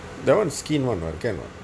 that one skin one what can what